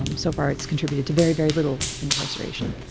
um so far, it's contributed to very, very little incarceration.